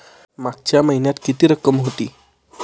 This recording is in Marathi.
मागच्या महिन्यात किती रक्कम होती?